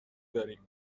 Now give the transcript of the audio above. داریم